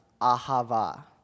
ahava